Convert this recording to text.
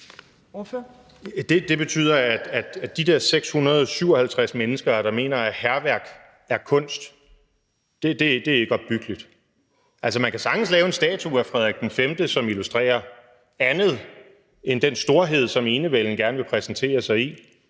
Det betyder, at når de der 657 mennesker mener, at hærværk er kunst, er det ikke opbyggeligt. Altså, man kan sagtens lave en statue af Frederik V, som illustrerer andet end den storhed, som enevælden gerne vil præsentere sig